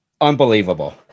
Unbelievable